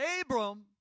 Abram